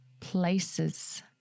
Places